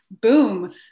boom